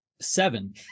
Seven